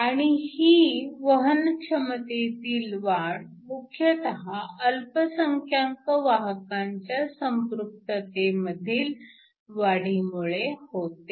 आणि ही वहनक्षमतेतील वाढ मुख्यतः अल्पसंख्यांक वाहकांच्या संपृक्ततेमधील वाढीमुळे होते